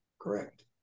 Correct